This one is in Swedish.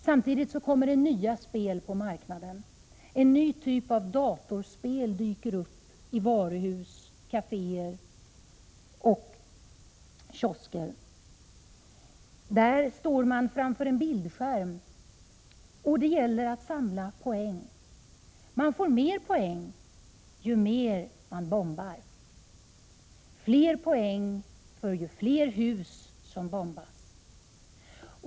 Samtidigt kommer nya spel på marknaden; en ny typ av datorspel dyker uppi varuhus, kaféer och kiosker. Där står man framför en bildskärm och det gäller att samla poäng. Man får fler poäng ju mer man bombar, fler poäng ju fler hus som bombas.